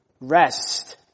rest